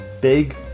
Big